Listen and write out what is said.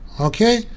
Okay